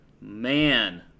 man